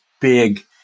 big